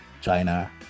China